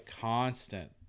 constant